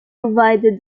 provided